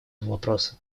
вопроса